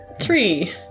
Three